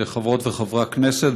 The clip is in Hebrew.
חברות וחברי הכנסת,